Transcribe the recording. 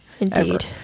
Indeed